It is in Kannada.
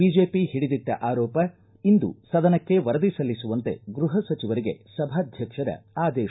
ಬಿಜೆಪಿ ಹಿಡಿದಿಟ್ಟ ಆರೋಪ ಇಂದು ಸದನಕ್ಕೆ ವರದಿ ಸಲ್ಲಿಸುವಂತೆ ಗೃಹ ಸಚಿವರಿಗೆ ಸಭಾಧ್ವಕ್ಷರ ಆದೇಶ